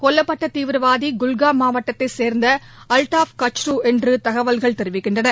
கொல்லப்பட்ட தீவிரவாதி குல்காம் மாவட்டத்தைச் சேர்ந்த அல்டாப் கச்ரு என்று தகவல்கள் தெரிவிக்கின்றன